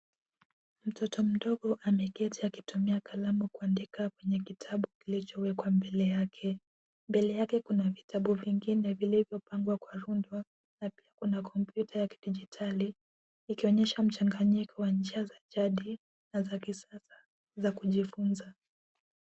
Mtoto mdogo ameketi akitumia kalamu kuandika kwenye kitabu kilichowekwa mbele yake . Mbele yake kuna vitabu vingine vilivyopangwa kwa rundo na pia kuna kompyuta ya kidijitali ikionyesha mchanganyiko wa njia za jadi na za kisasa za kujifunza.